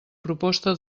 proposta